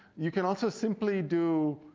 you can also simply do